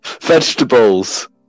Vegetables